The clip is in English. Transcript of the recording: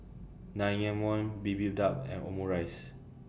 and Omurice